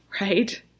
right